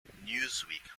newsweek